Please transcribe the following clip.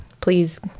please